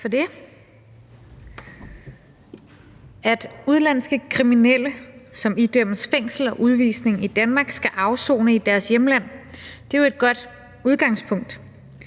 for det. At udenlandske kriminelle, som idømmes fængsel og udvisning i Danmark, skal afsone i deres hjemland, er jo et godt udgangspunkt,